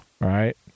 right